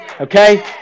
Okay